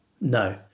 No